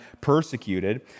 persecuted